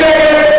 מי נגד?